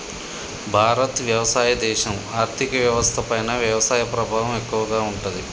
భారత్ వ్యవసాయ దేశం, ఆర్థిక వ్యవస్థ పైన వ్యవసాయ ప్రభావం ఎక్కువగా ఉంటది